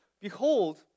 Behold